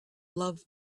love